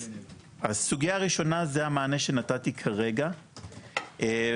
אז הסוגייה הראשונה זה המענה שנתתי כרגע והשאלה